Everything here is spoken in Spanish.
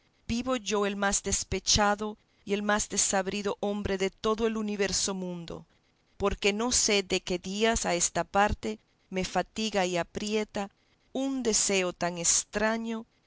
vivo yo el más despechado y el más desabrido hombre de todo el universo mundo porque no sé qué días a esta parte me fatiga y aprieta un deseo tan estraño